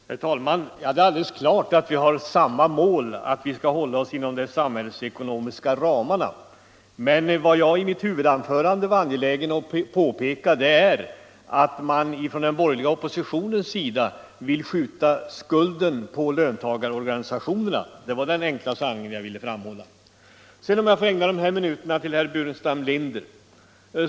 Herr talman! Det är alldeles klart att vi har samma mål: att hålla oss inom de samhällsekonomiska ramarna. Men vad jag i mitt huvudanförande var angelägen om att påpeka var att den borgerliga oppositionen vill skjuta skulden på löntagarorganisationerna. Det var den enkla sanningen som jag ville framhålla. Sedan vill jag ägna de här minuterna åt herr Burenstam Linder.